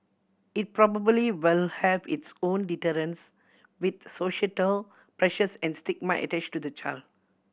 it probably will have its own deterrents with societal pressures and stigma attached to the child